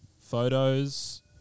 photos